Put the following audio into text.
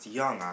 young